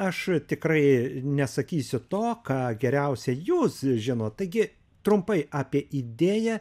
aš tikrai nesakysiu to ką geriausia jūs žinot taigi trumpai apie idėją